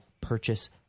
purchase